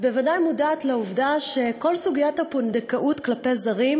שאת בוודאי מודעת לעובדה שכל סוגיית הפונדקאות כלפי זרים